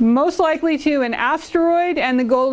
most likely to an asteroid and the goal